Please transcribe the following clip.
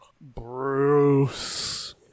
Bruce